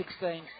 16